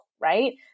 right